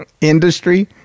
Industry